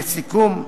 לסיכום,